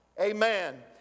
Amen